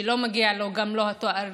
שלא מגיע לו לא התואר